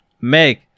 Make